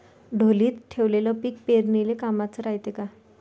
ढोलीत ठेवलेलं पीक पेरनीले कामाचं रायते का?